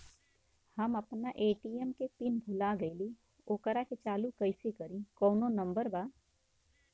हम अपना ए.टी.एम के पिन भूला गईली ओकरा के चालू कइसे करी कौनो नंबर बा?